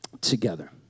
together